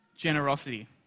generosity